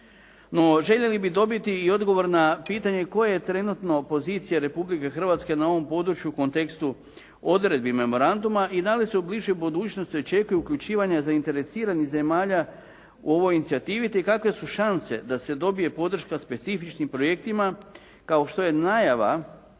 No, željeli bi dobiti i odgovor na pitanje koja je trenutno pozicija Republike Hrvatske na ovom području u kontekstu odredbi memoranduma i da li se u bližoj budućnosti očekuje uključivanje zainteresiranih zemalja o ovoj inicijativi, te kakve su šanse da se dobije podrška specifičnim projektima kao što je najava